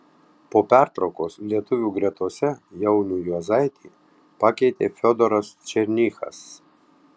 po pertraukos lietuvių gretose jaunių juozaitį pakeitė fiodoras černychas